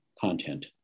content